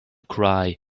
cry